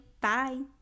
bye